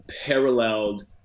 paralleled